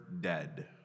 dead